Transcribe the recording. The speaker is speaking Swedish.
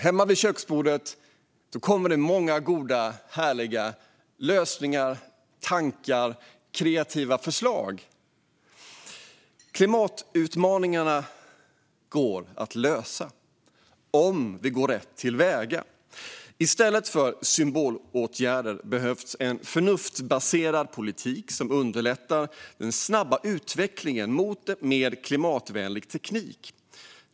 Hemma vid köksbordet kommer det många goda, härliga lösningar, tankar och kreativa förslag. Klimatutmaningarna går att lösa om vi går rätt till väga. I stället för symbolåtgärder behövs en förnuftsbaserad politik som underlättar den snabba utvecklingen mot en mer klimatvänlig teknik.